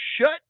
shut